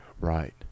right